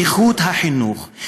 איכות החינוך,